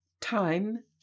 Time